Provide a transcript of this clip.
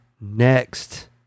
next